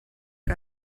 que